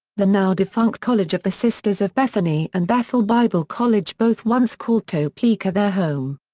the now defunct college of the sisters of bethany and bethel bible college both once called topeka their home.